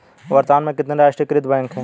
वर्तमान में कितने राष्ट्रीयकृत बैंक है?